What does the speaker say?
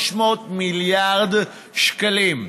300 מיליארד שקלים.